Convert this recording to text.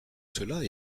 cela